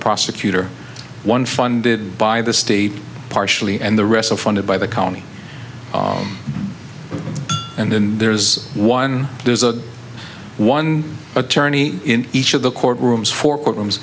prosecutor one funded by the state partially and the rest of funded by the county and then there's one there's a one attorney in each of the court rooms for courtrooms